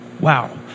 Wow